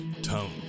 Tone